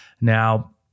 Now